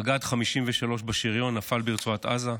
מג"ד 53 בשריון, נפל ברצועת עזה,